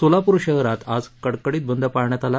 सोलापूर शहरात आज कडकडीत बद्ध पाळण्यात आला